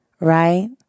right